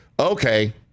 okay